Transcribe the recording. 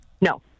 no